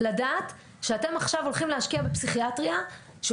לדעת שאתם עכשיו הולכים להשקיע בפסיכיאטריה שהוא